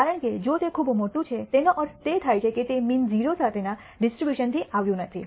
કારણ કે જો તે ખૂબ મોટું છે તેનો અર્થ તે થાય છે કે તે મીન 0 સાથેના ડિસ્ટ્રીબ્યુશન થી આવ્યું નથી